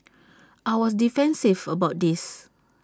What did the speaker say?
I was defensive about this